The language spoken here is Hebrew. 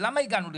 למה הגענו לחקיקה?